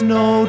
no